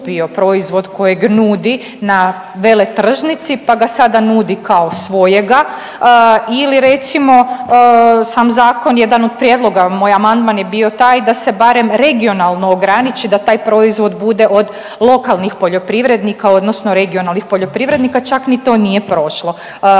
proizvod kojeg nudi na veletržnici pa ga sada nudi kao svojega ili recimo sam zakon, jedan od prijedloga, moj amandman je bio taj da se barem regionalno ograniči da taj proizvod bude od lokalnih poljoprivrednika, odnosno regionalnih poljoprivrednika. Čak ni to nije prošlo.